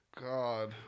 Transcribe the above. God